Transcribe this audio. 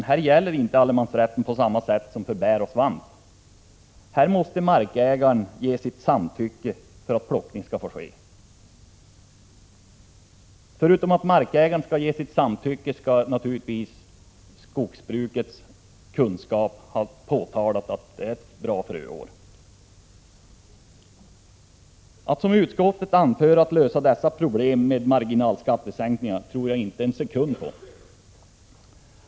I det fallet gäller inte allemansrätten på samma sätt som vid plockning av bär och svamp. För att kottplockning skall få ske måste markägaren ge sitt samtycke. Förutom markägarens samtycke krävs naturligtvis att de som har kunskap om skogsbruket påpekar att det är ett bra fröår. Att, som utskottet föreslår, lösa detta problem genom marginalskattesänkningar tror jag inte alls är möjligt.